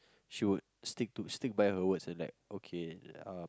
she would stick to stick by by her words and like okay uh